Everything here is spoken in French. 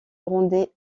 rendait